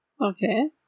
Okay